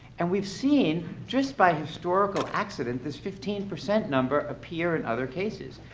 and we've seen, just by historical accident, this fifteen percent number appear in other cases.